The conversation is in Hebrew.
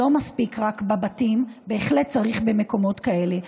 לא מספיק רק בבתים ובהחלט צריך גם במקומות כאלה.